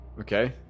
Okay